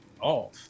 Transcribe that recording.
off